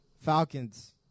Falcons